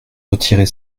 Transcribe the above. retirer